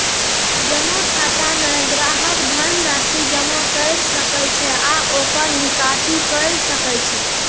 जमा खाता मे ग्राहक धन राशि जमा कैर सकै छै आ ओकर निकासी कैर सकै छै